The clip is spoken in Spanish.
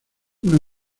una